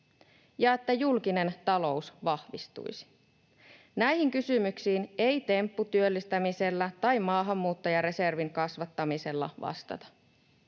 ja että julkinen talous vahvistuisi? Näihin kysymyksiin ei tempputyöllistämisellä tai maahanmuuttajareservin kasvattamisella vastata.